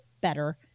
better